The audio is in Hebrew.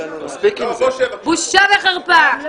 בושה וחרפה.